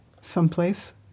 someplace